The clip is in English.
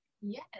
yes